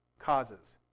causes